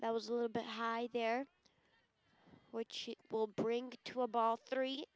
that was a little bit high there which will bring to a ball three